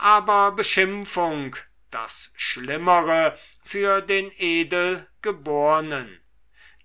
aber beschimpfung das schlimmere für den edelgebornen